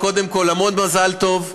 קודם כול, המון מזל טוב.